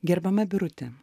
gerbiama birute